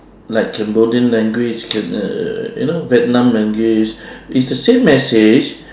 like cambodian language can uh uh you know vietnam language is the same message